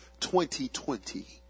2020